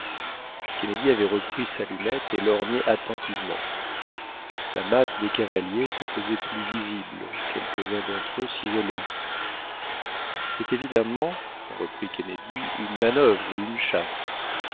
kennedy avait repris sa lunette et lorgnait attentivement la masse des cavaliers se faisait plus visible quelques-uns dentre eux s'isolaient cest évidemment reprit kennedy une manuvre ou une chasse